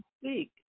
speak